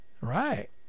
right